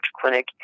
Clinic